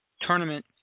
tournament